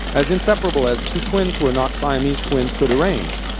as inseparable as two twins who are not siamese twins could arrange.